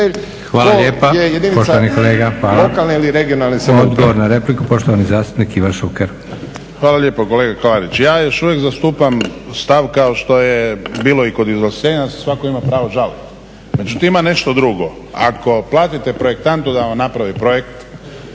Hvala lijepo. Kolega Klarić ja još uvijek zastupam stav kao što je bilo i kod izglasavanja da se svatko ima pravo žaliti. Međutim ima nešto drugo, ako platite projektantu da vam napravi projekt